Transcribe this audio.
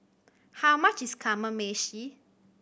how much is Kamameshi